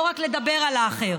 לא רק לדבר על האחר.